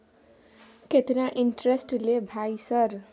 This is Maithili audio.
केतना इंटेरेस्ट ले भाई सर?